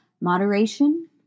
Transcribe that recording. moderation